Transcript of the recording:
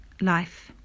life